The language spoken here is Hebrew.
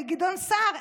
לגדעון סער?